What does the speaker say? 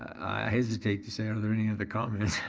i hesitate to say are there any other comments.